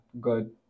good